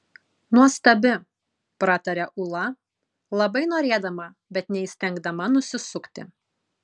nuostabi prataria ūla labai norėdama bet neįstengdama nusisukti